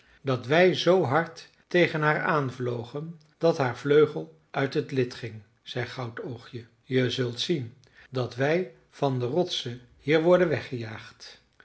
dat wij zoo hard tegen haar aanvlogen dat haar vleugel uit het lid ging zei goudoogje je zult zien dat wij van de rotsen hier worden weggejaagd